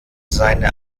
seine